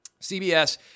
CBS